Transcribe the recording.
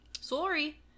Sorry